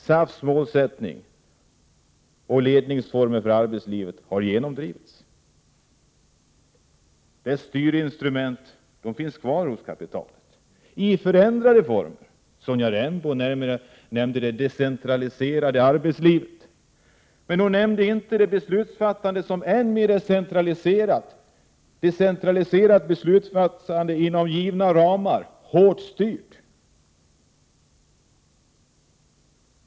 SAF:s mål och ledningsformer för arbetslivet har genomdrivits. Styrinstrumenten finns kvar hos kapitalet, men i förändrade former. Sonja Rembo nämnde det decentraliserade arbetslivet, men hon nämnde inte det decentraliserade beslutsfattandet, som inom givna ramar är hårt styrt.